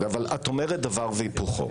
את אומרת דבר והיפוכו.